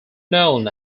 known